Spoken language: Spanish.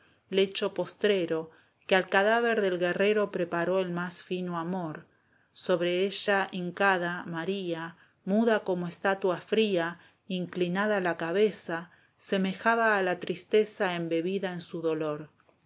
lecho postrero que al cadáver del guerrero preparó el más fino amor sobre ella hincada maría muda como estatua fría inclinada la cabeza semejaba a la tristeza embebida en su dolor sus